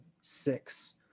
six